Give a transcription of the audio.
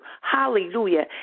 hallelujah